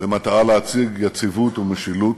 במטרה להשיג יציבות ומשילות,